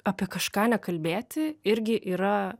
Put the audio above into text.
apie kažką nekalbėti irgi yra